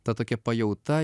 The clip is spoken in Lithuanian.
tad tokia pajauta